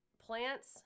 Plants